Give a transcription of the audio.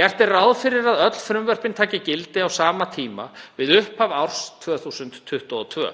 Gert er ráð fyrir að öll frumvörpin taki gildi á sama tíma, við upphaf árs 2022.